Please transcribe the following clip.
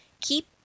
Keep